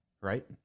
right